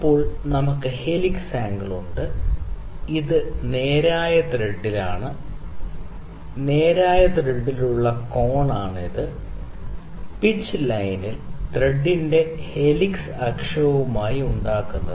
അപ്പോൾ നമുക്ക് helix angle ഉണ്ട് അത് നേരായ ത്രെഡിലാണ് നേരായ ത്രെഡിലുള്ള കോണാണ് ഇത് പിച്ച് ലൈനിൽ ത്രെഡിന്റെ ഹെലിക്സ് അക്ഷവുമായി ഉണ്ടാക്കുന്നത്